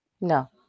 no